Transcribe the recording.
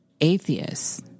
atheists